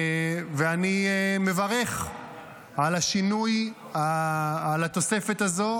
אני מברך על השינוי ועל התוספת הזאת.